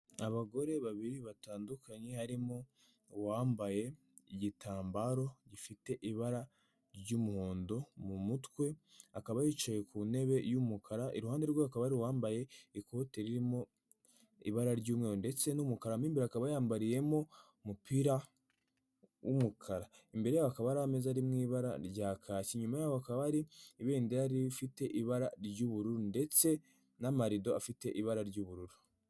Abagore babiri batandukanye, harimo uwambaye igitambaro gifite ibara ry’umuhondo mu mutwe, akaba yicaye ku ntebe y’umukara. Iruhande rwe hari undi wambaye ikote ririmo ibara ry’umweru ndetse n’umukara, mo imbere yambariyemo umupira w’umukara. Imbere yabo hakaba hari ameza y’ibara rya kacyi, naho inyuma hakaba hari ibendera ry’ubururu ndetse n’amarido y’ubururu